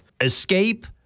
escape